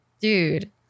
Dude